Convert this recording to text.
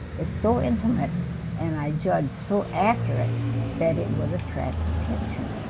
is so intimate and i judge so accurate that it will attract attention